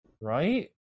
Right